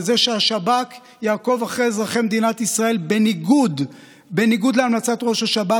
לזה שהשב"כ יעקוב אחרי אזרחי מדינת ישראל בניגוד להמלצת ראש השב"כ,